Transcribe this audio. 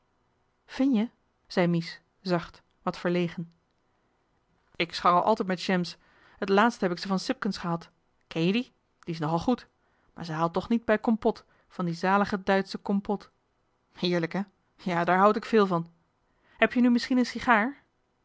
vin je zei mies zacht wat verlegen ik scharrel altijd met jams het laatst heb ik ze van sipkens gehad ken je die die is nogal goed maar ze haalt toch niet bij kmpot van die zalige duitsche kmpot heerlijk hè ja daar houd ik veel van heb je nu misschien een